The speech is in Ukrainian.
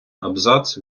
абзац